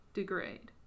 degrade